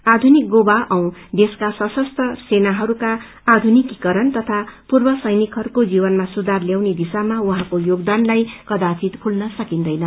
आधुनिक गोवा औ देशका सशस्त्र सेनाहरूका आधुनिकीकरण तथा पूर्व सैनिकहरूको जीवनमा सुधार ल्याउने दिशामा उहाँको योगदान कदापि भूल्न सकिन्दैन